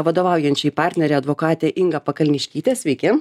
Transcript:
vadovaujančioji partnerė advokatė inga pakalniškytė sveiki